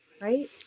right